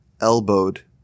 elbowed